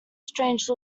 strange